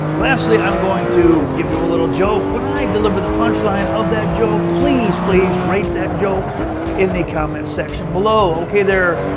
lastly, i'm going to give you a little joke. when i deliver the punchline of that joke, please please rate that joke in the comment section below. ok, there,